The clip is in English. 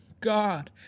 God